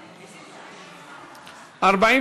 זכאות לרישום בפנקס),